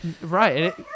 Right